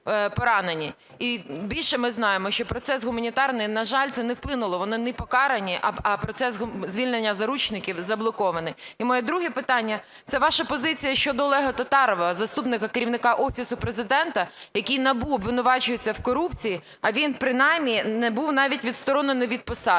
І більше ми знаємо, що процес гуманітарний, на жаль, це не вплинуло, вони не покарані, а процес звільнення заручників заблокований. І моє друге питання. Це ваша позиція щодо Олега Татарова, заступника керівника Офісу Президента, який НАБУ обвинувачується в корупції, а він принаймні не був навіть відсторонений від посади.